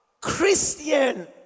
Christian